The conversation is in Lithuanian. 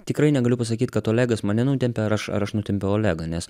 tikrai negaliu pasakyt kad olegas mane nutempė ar aš ar aš nutempiau olegą nes